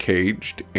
Caged